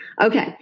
okay